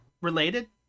related